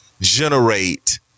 generate